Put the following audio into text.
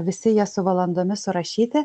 visi jie su valandomis surašyti